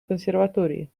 консерватории